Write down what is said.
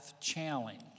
challenge